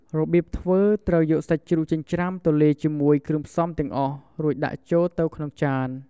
របៀបធ្វើ ត្រូវយកសាច់ជ្រូកចិញ្ច្រាំទៅលាយជាមួយគ្រឿងផ្សំទាំងអស់ រួចដាក់ចូលទៅក្នុងចាន។